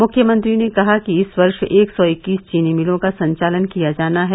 मुख्यमंत्री ने कहा कि इस वर्ष एक सौ इक्कीस चीनी मिलों का संचालन किया जाना है